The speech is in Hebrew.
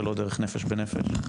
שלא דרך נפש בנפש?